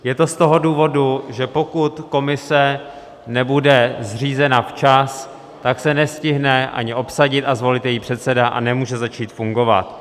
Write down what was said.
Je to z toho důvodu, že pokud komise nebude zřízena včas, tak se nestihne ani obsadit, zvolit její předseda a nemůže začít fungovat.